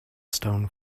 stone